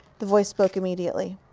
the voice spoke immediately.